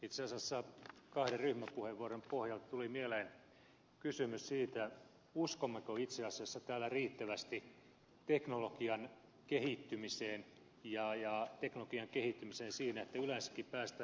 itse asiassa kahden ryhmäpuheenvuoron pohjalta tuli mieleen kysymys siitä uskommeko täällä riittävästi teknologian kehittymiseen teknologian kehittymiseen siinä että yleensäkin päästään tässä energia ja ilmastopolitiikassa eteenpäin